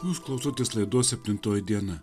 jūs klausotės laidos septintoji diena